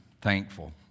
thankful